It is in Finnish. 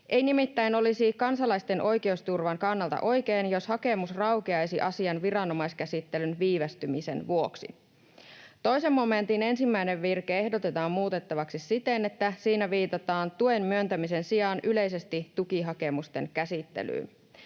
Ei nimittäin olisi kansalaisten oikeusturvan kannalta oikein, jos hakemus raukeaisi asian viranomaiskäsittelyn viivästymisen vuoksi. 2 momentin ensimmäinen virke ehdotetaan muutettavaksi siten, että siinä viitataan tuen myöntämisen sijaan yleisesti tukihakemusten käsittelyyn.